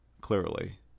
Clearly